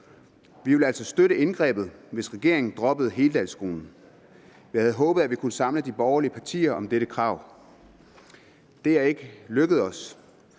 Vi ville altså støtte indgrebet, hvis regeringen droppede heldagsskolen. Jeg havde håbet, at vi kunne samle de borgerlige partier om dette krav. Det er ikke lykkedes os,